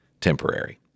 temporary